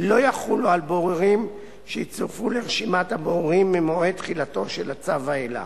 לא יחולו על בוררים שיצורפו לרשימת הבוררים ממועד תחילתו של הצו ואילך.